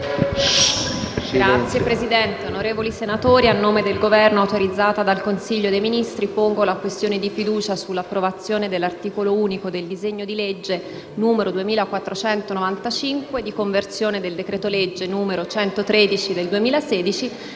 Signor Presidente, onorevoli senatori, a nome del Governo, autorizzata dal Consiglio dei ministri, pongo la questione di fiducia sull'approvazione dell'articolo unico del disegno di legge n. 2495, di conversione del decreto-legge 24 giugno 2016,